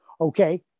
Okay